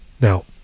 Now